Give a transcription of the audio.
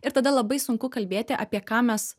ir tada labai sunku kalbėti apie ką mes